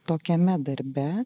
tokiame darbe